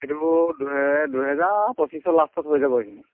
সেইটো দু দুহেজাৰ পঁচিছৰ লাষ্টত হৈ যাব এইখিনি